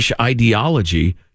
ideology